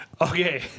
okay